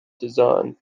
design